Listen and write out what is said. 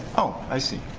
oh, i see.